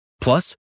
Plus